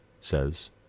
says